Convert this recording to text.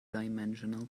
dimensional